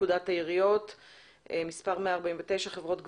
פקודת העיריות (מס' 149) (חברות גבייה),